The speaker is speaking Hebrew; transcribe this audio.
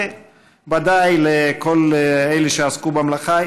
וודאי לכל אלה שעסקו במלאכה,